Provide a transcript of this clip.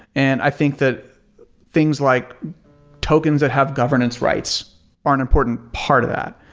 and i think that things like tokens that have governance rights are an important part of that.